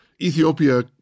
Ethiopia